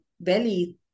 belly